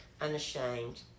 unashamed